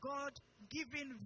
God-given